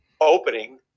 opening